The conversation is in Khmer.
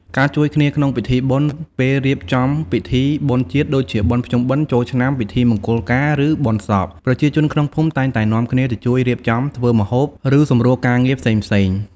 ការជួយគ្នាក្នុងពិធីបុណ្យ ពេលរៀបចំពិធីបុណ្យជាតិ ដូចជាបុណ្យភ្ជុំបិណ្ឌ ចូលឆ្នាំ ពិធីមង្គលការ ឬបុណ្យសព ប្រជាជនក្នុងភូមិតែងតែនាំគ្នាទៅជួយរៀបចំ ធ្វើម្ហូប ឬសម្រួលការងារផ្សេងៗ។